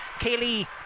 Kaylee